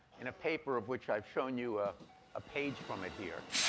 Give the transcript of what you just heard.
in a paper, of which i've shown you ah a page from it here.